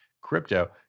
crypto